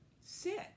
sit